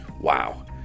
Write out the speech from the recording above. wow